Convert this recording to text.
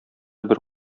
бер